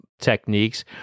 techniques